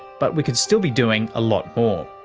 but we could still be doing a lot more.